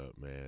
man